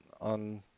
on